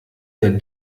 der